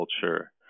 culture